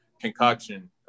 concoction